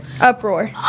uproar